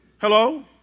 Hello